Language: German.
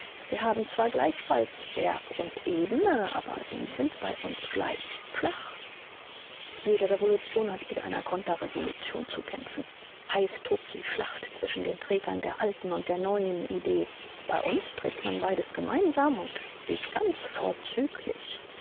wir haben zwar gleichfalls berg und ebene aber sie sind bei uns gleich flach jede revolution hat mit einer konterrevolution zu kämpfen heiß tobt die schlacht zwischen den trägern der alten und der neuen idee bei uns trägt man beides gemeinsam und es geht ganz vorzüglich